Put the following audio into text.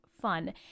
fun